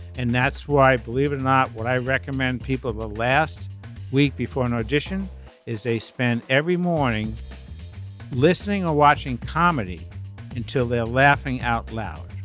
and that's why i believe in not what i recommend people the last week before an audition is they spend every morning listening or watching comedy until they're laughing out loud.